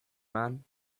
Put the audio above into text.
man